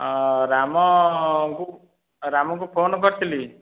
ରାମ ରାମ କୁ ଫୋନ କରିଥିଲି